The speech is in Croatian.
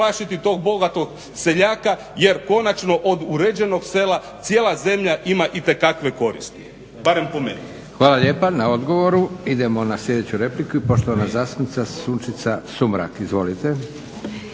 Hvala lijepa na odgovoru. Idemo na sljedeću repliku i poštovana zastupnica Đurđica Sumrak.